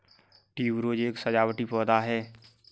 tuberose एक सजावटी पौधा है